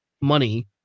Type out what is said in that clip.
money